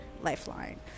Lifeline